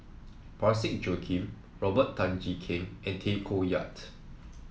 Parsick Joaquim Robert Tan Jee Keng and Tay Koh Yat